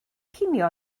cinio